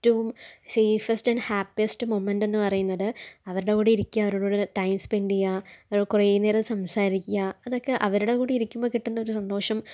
ഏറ്റവും safest and happiest മൊമൻറ്റ്ന്ന് പറയുന്നത് അവരുടെ കൂടെയിരിക്കുക അവരുടെകൂടെ ടൈം സ്പെൻ്റെ ചെയ്യുക അവർ കുറേ നേരം സംസാരിക്കുക അതൊക്കെ അവരുടെ കൂടെ ഇരിക്കുമ്പോൾ കിട്ടുന്നൊരു സാന്തോഷം